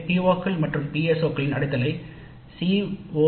எனவே பிஓக்கள் மற்றும் பிஎஸ்ஓக்களின் அடையலைக் சி